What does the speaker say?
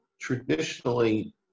traditionally